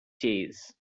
chase